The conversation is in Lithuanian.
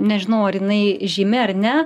nežinau ar jinai žymi ar ne